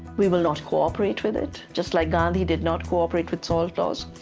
we will not cooperate with it, just like gandhi did not cooperate with salt laws.